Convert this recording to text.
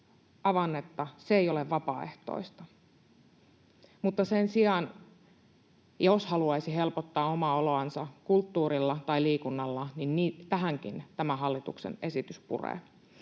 avannetta, se ei ole vapaaehtoista, mutta sen sijaan, jos haluaisi helpottaa omaa oloansa kulttuurilla tai liikunnalla, niin tähänkin tämä hallituksen esitys puree.